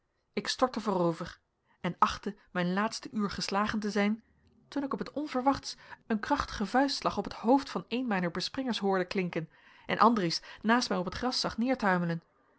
ik stortte voorover en achtte mijn laatste uur geslagen te zijn toen ik op het onverwachts een krachtigen vuistslag op het hoofd van een mijner bespringers hoorde klinken en andries naast mij op t gras